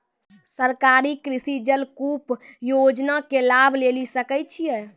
सरकारी कृषि जलकूप योजना के लाभ लेली सकै छिए?